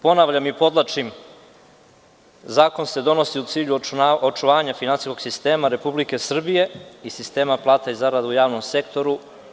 Ponavljam i podvlačim, zakon se donosi u cilju očuvanja finansijskog sistema Republike Srbije i sistema plata i zarada u javnom sektoru.